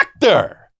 doctor